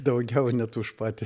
daugiau net už patį